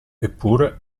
eppure